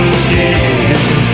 again